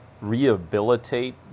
rehabilitate